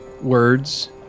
words